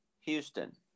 houston